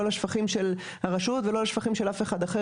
לשפכים של הרשות ולא לשפכים של אף אחד אחר,